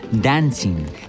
dancing